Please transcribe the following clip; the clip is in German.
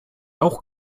auch